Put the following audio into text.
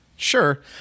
Sure